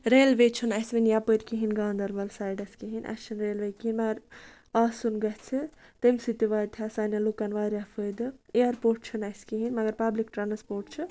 railway چھُنہٕ اَسہِ وٕنہِ یَپٲرۍ کِہیٖنۍ گاندربَل سایڈَس کِہیٖنۍ اَسہِ چھِنہٕ ریلوے کِہیٖنۍ مگر آسُن گژھِ تمہِ سۭتۍ تہِ واتہِ ہہ سانٮ۪ن لُکَن واریاہ فٲیدٕ اِیَرپوٹ چھِنہٕ اَسہِ کِہیٖنۍ مگر پَبلِک ٹرٛانَسپوٹ چھِ